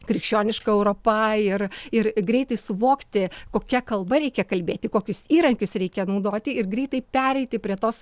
krikščioniška europa ir ir greitai suvokti kokia kalba reikia kalbėti kokius įrankius reikia naudoti ir greitai pereiti prie tos